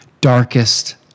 darkest